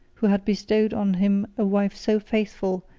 who had bestowed on him a wife so faithful,